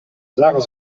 sarah